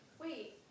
wait